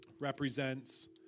represents